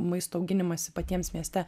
maisto auginimąsi patiems mieste